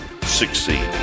succeed